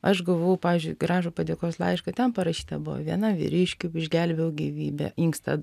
aš gavau pavyzdžiui gražų padėkos laišką ten parašyta buvo vienam vyriškiui išgelbėjau gyvybę inkstą